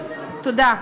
תודה.